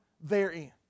therein